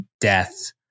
death